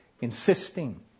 insisting